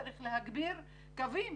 צריך להגביר קווים.